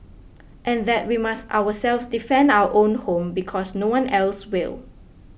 and that we must ourselves defend our own home because no one else will